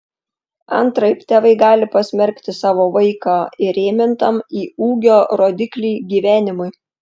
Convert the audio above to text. antraip tėvai gali pasmerkti savo vaiką įrėmintam į ūgio rodiklį gyvenimui